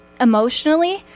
emotionally